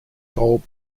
gold